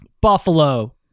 Buffalo